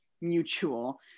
mutual